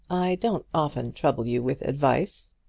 i don't often trouble you with advice.